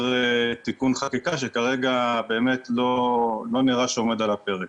תיקון חקיקה שכרגע באמת לא נראה שעומד על הפרק.